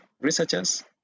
researchers